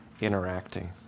interacting